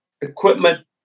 equipment